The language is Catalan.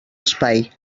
espai